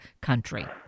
country